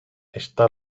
está